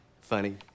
Funny